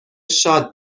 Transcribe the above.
شاد